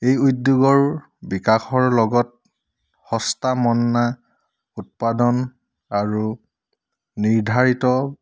এই উদ্যোগৰ বিকাশৰ লগত সস্তা মন্না উৎপাদন আৰু নিৰ্ধাৰিত